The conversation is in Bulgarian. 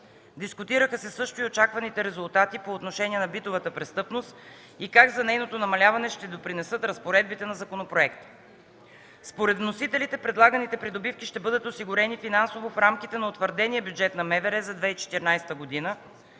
Дискутираха се също и очакваните резултати по отношение на битовата престъпност и как за нейното намаляване ще допринесат разпоредбите на законопроекта. Според вносителите предлаганите придобивки ще бъдат осигурени финансово в рамките на утвърдения бюджет на МВР за 2014 г.